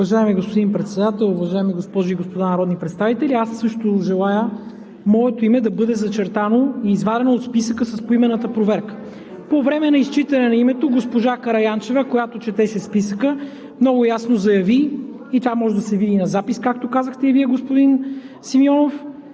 Уважаеми господин Председател, уважаеми госпожи и господа народни представители! Аз също желая моето име да бъде зачертано и извадено от списъка с поименната проверка. По време на изчитане на името ми госпожа Караянчева, която четеше списъка, много ясно заяви и това може да се види на запис, както казахте и Вие, господин Симеонов,